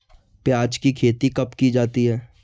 प्याज़ की खेती कब की जाती है?